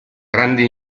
grande